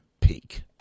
peak